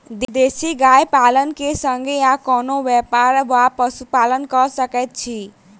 देसी गाय पालन केँ संगे आ कोनों व्यापार वा पशुपालन कऽ सकैत छी?